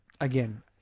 again